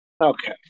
Okay